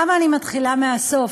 למה אני מתחילה מהסוף?